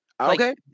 Okay